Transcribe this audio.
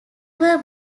were